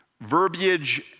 verbiage